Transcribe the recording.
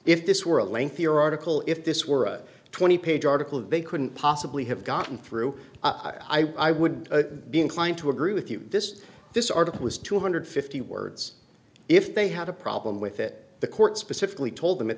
if this were a lengthy article if this were a twenty page article they couldn't possibly have gotten through i would be inclined to agree with you this this article was two hundred fifty words if they had a problem with it the court specifically told them at